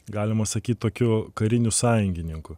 galima sakyt tokiu kariniu sąjungininku